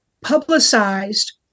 publicized